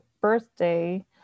birthday